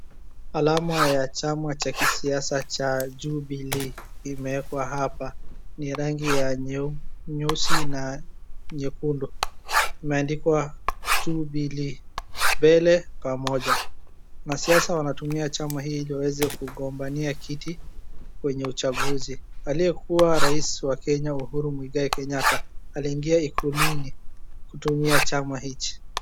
Alama ya chama cha kisiasa cha Jubilee imewekwa hapa. Ni ya rangi ya nyeusi na nyekundu, imeandikwa Jubilee mbele pamoja. Wanasiasa wanatumia chama hii ili waweze kugombania kiti kwenye uchaguzi. Aliyekuwa rais wa kenya Uhuru Mwigai Kenyatta aliingia ikuluni kutumia chama hichi.